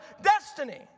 destiny